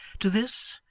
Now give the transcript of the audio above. to this,